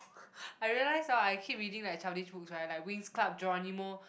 I realise hor I keep reading like childish books right like Winx-Club Johnny Moo